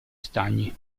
stagni